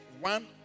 one